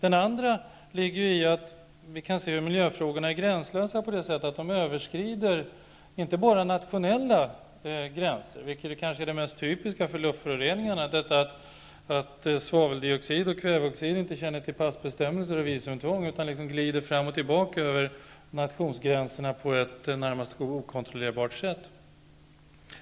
En annan skillnad ligger i att miljöfrågorna är gränslösa på det sättet att de överskrider nationsgränserna, vilket är det mest typiska för luftföroreningarna -- svaveldioxider och kväveoxider känner inte till passbestämmelser och visumtvång utan glider fram och tillbaka över nationsgränserna på ett i det närmaste okontrollerbart sätt.